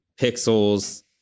pixels